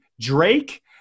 Drake